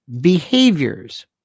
behaviors